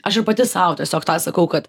aš ir pati sau tiesiog tą sakau kad